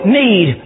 need